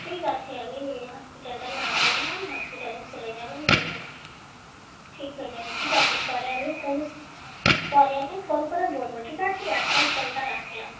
ঠিক আছে আমি হসপিটালটার নাম বললাম হসপিটালে চলে যাবেন গেলে ঠিক হয়ে যাবে ঠিক আছে পরে আমি ফোন পরে আমি ফোন করে বলবো ঠিক আছে এখন ফোনটা রাখলাম